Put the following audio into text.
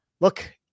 look